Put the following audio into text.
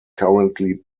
currently